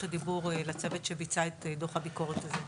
הדיבור לצוות שביצע את דוח הביקורת הזה.